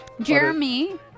jeremy